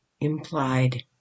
implied